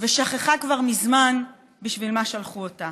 ששכחה כבר מזמן בשביל מה שלחו אותה.